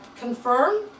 confirm